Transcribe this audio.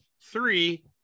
three